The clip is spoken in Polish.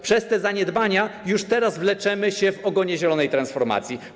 Przez te zaniedbania już teraz wleczemy się w ogonie zielonej transformacji.